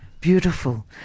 Beautiful